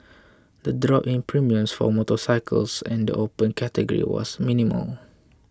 the drop in premiums for motorcycles and the Open Category was minimal